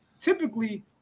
typically